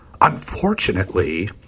Unfortunately